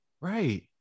Right